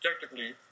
technically